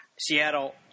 Seattle